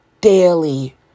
daily